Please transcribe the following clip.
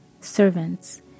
Servants